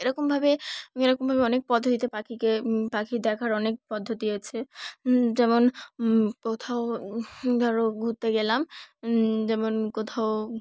এরকমভাবে এরকমভাবে অনেক পদ্ধতিতে পাখিকে পাখি দেখার অনেক পদ্ধতি আছে যেমন কোথাও ধরো ঘুরতে গেলাম যেমন কোথাও